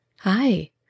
Hi